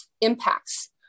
impacts